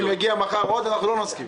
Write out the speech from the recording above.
אם יגיעו מחר עוד, אנחנו לא נסכים.